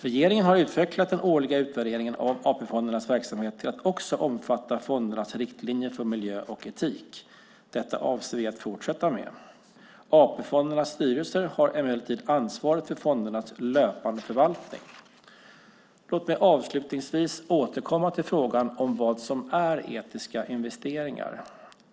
Regeringen har utvecklat den årliga utvärderingen av AP-fondernas verksamhet till att också omfatta fondernas riktlinjer för miljö och etik. Detta avser vi att fortsätta med. AP-fondernas styrelser har emellertid ansvaret för fondernas löpande förvaltning. Låt mig avslutningsvis återkomma till frågan om vad som är etiska investeringar.